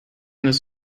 this